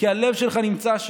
כי הלב שלך נמצא שם.